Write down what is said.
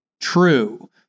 true